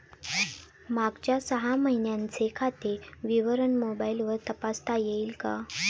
मागच्या सहा महिन्यांचे खाते विवरण मोबाइलवर तपासता येईल का?